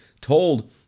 told